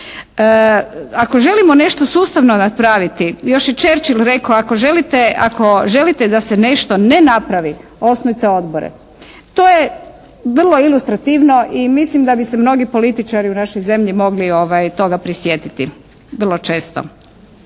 Ako želimo nešto sustavno napraviti, još je Churchill rekao: "Ako želite da se nešto ne napravi osnujte odbore.". To je vrlo ilustrativno i mislim da bi se mnogi političari u našoj zemlji mogli toga prisjetiti vrlo često.